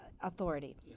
Authority